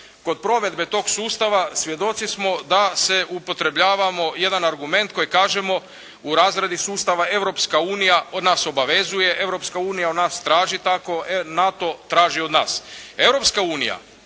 kod provedbe tog sustava svjedoci smo da se upotrebljavamo jedan argument koji kažemo u razradi sustava Europska unija nas obavezuje, Europska unija od nas traži tako, NATO traži od nas.